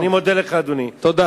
אני מודה לך, אדוני, תודה.